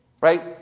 Right